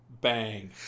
Bang